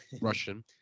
Russian